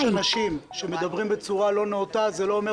זה שיש אנשים שמדברים בצורה לא נאותה זה לא אומר